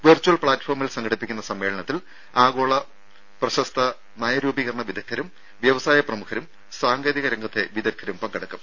virtual പ്ലാറ്റ്ഫോമിൽ സംഘടിപ്പിക്കുന്ന സമ്മേളനത്തിൽ ആഗോള പ്രശസ്ത നയരൂപീകരണ വിദഗ്ദ്ധരും വ്യവസായ പ്രമുഖരും സാങ്കേതിക രംഗത്തെ വിദഗ്ദ്ധരും പങ്കെടുക്കും